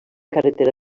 carretera